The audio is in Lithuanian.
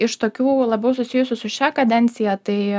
iš tokių labiau susijusių su šia kadencija tai